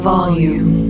Volume